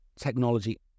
technology